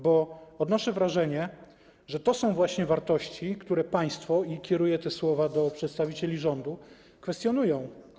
Bo odnoszę wrażenie, że to są właśnie wartości, które państwo - kieruję te słowa do przedstawicieli rządu - kwestionują.